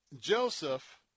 Joseph